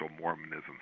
Mormonism